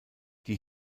die